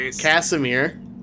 Casimir